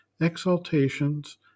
exaltations